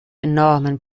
enormen